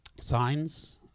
signs